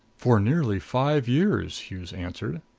for nearly five years, hughes answered.